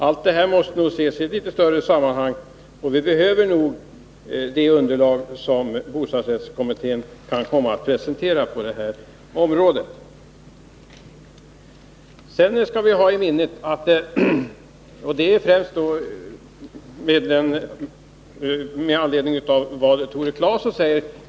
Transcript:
Alla dessa problem måste nog ses i ett litet större sammanhang, och vi behöver nog det underlag som bostadsrättskommittén kan komma att presentera på detta område. Tore Claeson talade om den handel som i dag pågår.